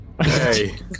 Hey